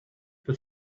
but